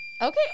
Okay